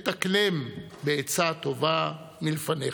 ותקנם בעצה טובה מלפניך.